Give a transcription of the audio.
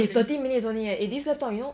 eh thirty minutes only eh this laptop you know